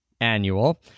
annual